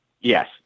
Yes